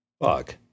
Fuck